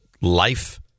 life